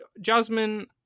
Jasmine